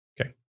Okay